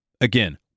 again